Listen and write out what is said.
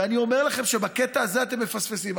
ואני אומר לכם שבקטע הזה אתם מפספסים.